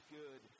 good